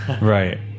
Right